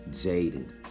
jaded